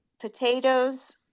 potatoes